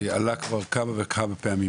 עלה כבר כמה וכמה פעמים